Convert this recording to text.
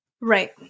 Right